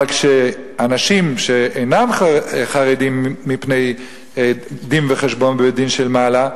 אבל כשאנשים אינם חרדים מפני דין-וחשבון בבית-דין של מעלה,